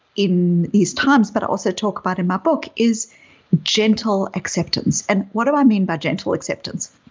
in these times, but also talk about in my book, is gentle acceptance. and what do i mean by gentle acceptance?